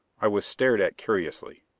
i was stared at curiously.